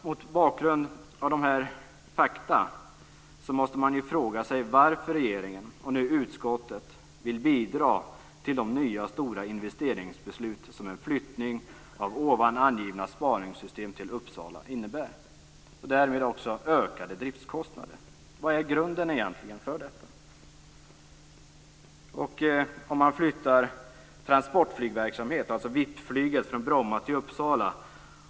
Mot bakgrund av dessa fakta måste man fråga sig varför regeringen, och nu utskottet, vill bidra till de nya och stora investeringskostnader, och därmed också ökade driftskostnader, som en flyttning av det angivna spaningssystemet till Uppsala innebär. Vad är egentligen grunden för detta? VIP-flyget, flyttas från Bromma till Uppsala.